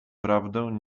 prawdę